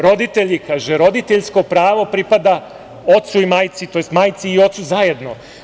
Roditelji, kaže – roditeljsko pravo pripada ocu i majci, tj. majci i ocu zajedno.